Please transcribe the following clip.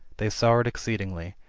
they sorrowed exceedingly,